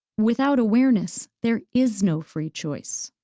without awareness, there is no free choice.